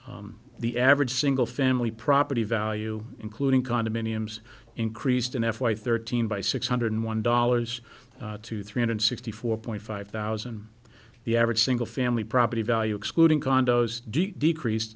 the average single family property value including condominiums increased in f y thirteen by six hundred one dollars to three hundred sixty four point five thousand the average single family property value excluding condos decreased